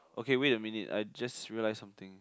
okay wait a minute I just realize something